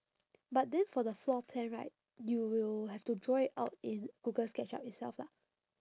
but then for the floor plan right you will have to draw it out in google sketchup itself lah